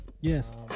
Yes